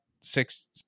six